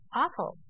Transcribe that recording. awful